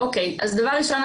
אז דבר ראשון,